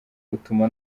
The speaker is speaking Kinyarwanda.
utuma